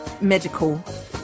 medical